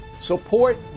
support